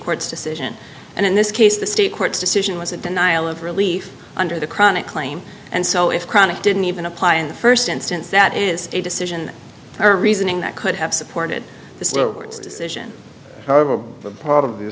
courts decision and in this case the state court's decision was a denial of relief under the chronic claim and so if chronic didn't even apply in the st instance that is a decision or reasoning that could have supported the